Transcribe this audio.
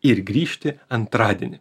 ir grįžti antradienį